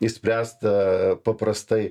išspręsta paprastai